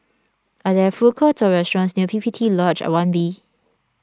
are there food courts or restaurants near P P T Lodge one B